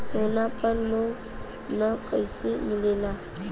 सोना पर loan कइसे मिलेला?